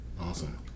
Awesome